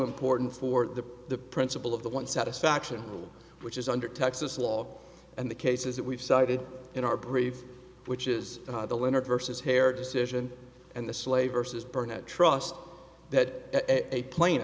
important for the the principle of the one satisfaction which is under texas law and the cases that we've cited in our brief which is the winner versus hair decision and the sleigh versus burnett trust that a pla